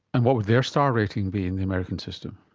and what would their star rating be in the american system?